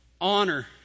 Honor